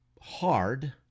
hard